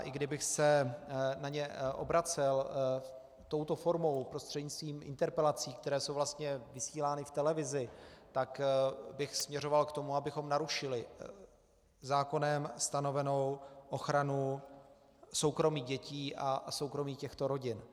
I kdybych se já na ně obracel touto formou, prostřednictvím interpelací, které jsou vlastně vysílány v televizi, tak bych směřoval k tomu, abychom narušili zákonem stanovenou ochranu soukromí dětí a soukromí těchto rodin.